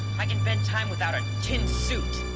i can bend time without a tin suit.